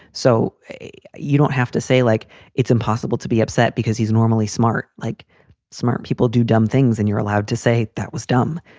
so you don't have to say like it's impossible to be upset because he's normally smart. like smart people do dumb things and you're allowed to say that was dumb.